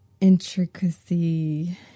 intricacy